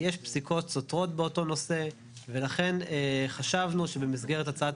יש פסיקות סותרות באותו נושא ולכן חשבנו שבמסגרת הצעת